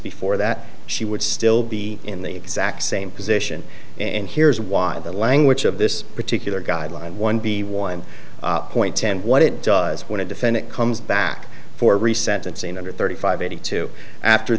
before that she would still be in the exact same position and here's why the language of this particular guideline one be one point ten what it does when a defendant comes back for re sentencing under thirty five eighty two after